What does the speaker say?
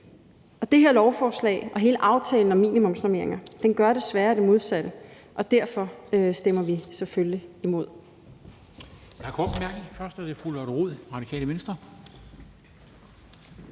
Det her lovforslag og hele aftalen om minimumsnormeringer gør desværre det modsatte, og derfor stemmer vi selvfølgelig imod.